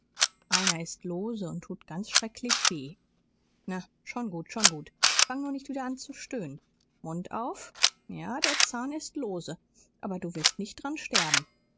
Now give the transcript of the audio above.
einer ist lose und tut ganz schrecklich weh na schon gut schon gut fang nur nicht wieder an zu stöhnen mund auf ja der zahn ist lose aber du wirst nicht dran sterben